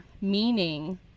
Meaning